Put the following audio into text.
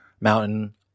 mountain